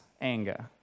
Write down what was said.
anger